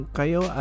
kayo